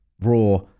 raw